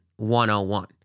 101